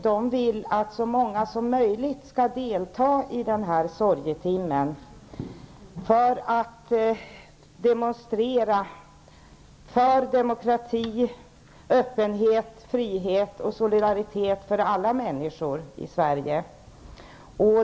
De vill att så många som möjligt skall delta i denna sorgetimme för att demonstrera för demokrati, öppenhet, frihet och solidaritet för alla människor i Sverige.